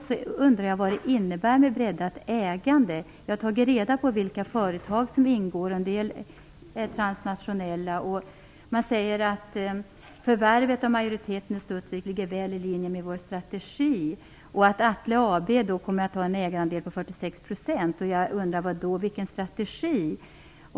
Jag undrar vad det innebär. Jag har tagit reda på vilka företag som ingår. En del är transnationella. Man säger att förvärvet och majoriteten i Studsvik ligger väl i linje med vår strategi. Atle AB kommer att ha en ägandeandel på 46 %. Jag undrar vad det är för strategi.